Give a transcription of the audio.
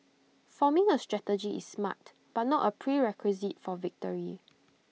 forming A strategy is smart but not A prerequisite for victory